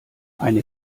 eine